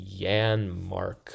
Janmark